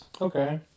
Okay